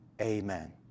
amen